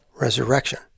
resurrection